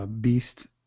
Beast